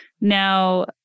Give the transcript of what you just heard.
Now